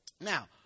Now